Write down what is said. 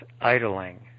idling